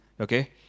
Okay